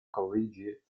collegiate